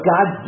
God